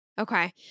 Okay